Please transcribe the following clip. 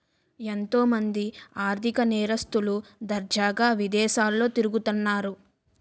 ఎంతో మంది ఆర్ధిక నేరస్తులు దర్జాగా విదేశాల్లో తిరుగుతన్నారు